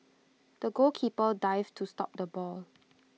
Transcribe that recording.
the goalkeeper dived to stop the ball